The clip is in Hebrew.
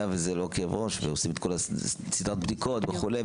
וזה לא כאב ראש ועושים את כל סדרת הבדיקות וכולי,